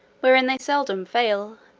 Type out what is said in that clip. wherein they seldom fail